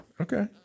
Okay